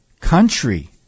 country